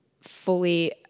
fully